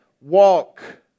Walk